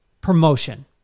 promotion